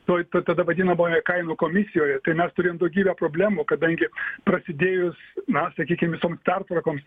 toj toj tada vadinamoje kainų komisijoje tai mes turėjom daugybę problemų kadangi prasidėjus na sakykim visoms pertvarkoms